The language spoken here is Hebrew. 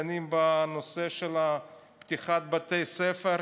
דנים בנושא של פתיחת בתי הספר.